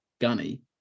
gunny